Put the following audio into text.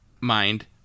mind